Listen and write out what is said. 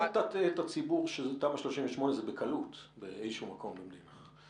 אל תטעה את הציבור שתמ"א 38 זה בקלות באיזשהו מקום מדינה.